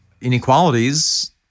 inequalities